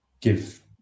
give